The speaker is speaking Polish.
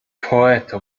poeto